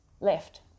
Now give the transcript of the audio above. left